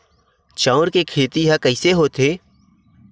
चांउर के खेती ह कइसे होथे?